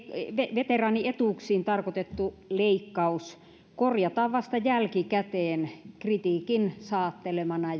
veteraanietuuksiin tarkoitettu leikkaus korjataan vasta jälkikäteen kritiikin saattelemana